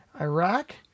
Iraq